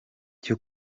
cyo